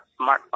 smartphone